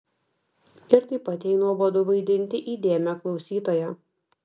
ir taip pat jai nuobodu vaidinti įdėmią klausytoją